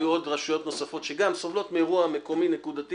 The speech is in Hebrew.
היו עוד רשויות שסובלות מאירוע נקודתי מקומי,